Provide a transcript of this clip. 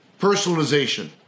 personalization